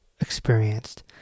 experienced